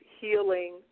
Healing